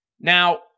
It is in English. Now